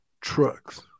trucks